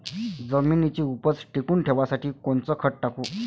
जमिनीची उपज टिकून ठेवासाठी कोनचं खत टाकू?